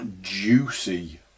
juicy